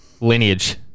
lineage